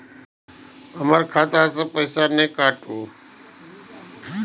हमर खाता से पैसा काट लिए?